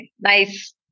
nice